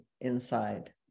inside